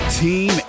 team